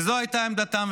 וזו הייתה עמדתם,